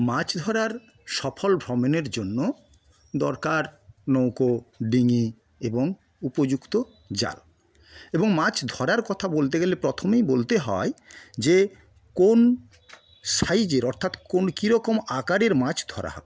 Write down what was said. মাছ ধরার সফল ভ্রমণের জন্য দরকার নৌকো ডিঙি এবং উপযুক্ত জাল এবং মাছ ধরার কথা বলতে গেলে প্রথমেই বলতে হয় যে কোন সাইজের অর্থাৎ কোন কী রকম আকারের মাছ ধরা হবে